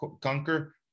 conquer